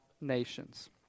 nations